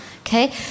okay